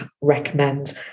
recommend